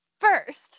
First